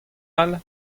all